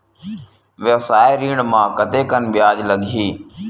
व्यवसाय ऋण म कतेकन ब्याज लगही?